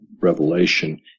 revelation